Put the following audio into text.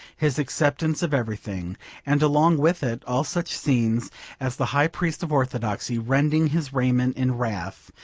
his acceptance of everything and along with it all such scenes as the high priest of orthodoxy rending his raiment in wrath,